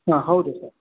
ಹಾಂ ಹೌದು ಸರ್